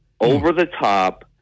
over-the-top